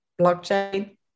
blockchain